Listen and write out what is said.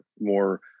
more